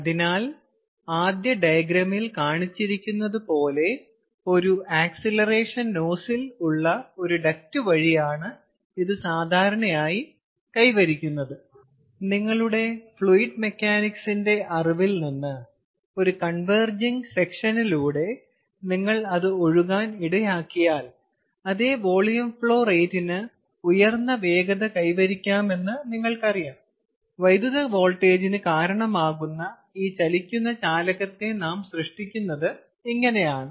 അതിനാൽ ആദ്യ ഡയഗ്രാമിൽ കാണിച്ചിരിക്കുന്നതുപോലെ ഒരു ആക്സിലറേഷൻ നോസിൽ ഉള്ള ഒരു ഡക്ട് വഴിയാണ് ഇത് സാധാരണയായി കൈവരിക്കുന്നത് നിങ്ങളുടെ ഫ്ലൂയിഡ് മെക്കാനിക്സിൻറെ അറിവിൽ നിന്ന് ഒരു കൺവേർജിങ്ങ് സെക്ഷനിലൂടെ നിങ്ങൾ അത് ഒഴുകാൻ ഇടയാക്കിയാൽ അതേ വോളിയം ഫ്ലോ റേറ്റിന് ഉയർന്ന വേഗത കൈവരിക്കാമെന്ന് നിങ്ങൾക്കറിയാം വൈദ്യുത വോൾട്ടേജിന് കാരണമാകുന്ന ഈ ചലിക്കുന്ന ചാലകത്തെ നാം സൃഷ്ടിക്കുന്നത് ഇങ്ങനെയാണ്